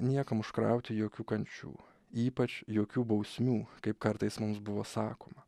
niekam užkrauti jokių kančių ypač jokių bausmių kaip kartais mums buvo sakoma